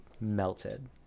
melted